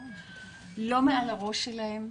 לא מעל הראש שלהם,